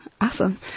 awesome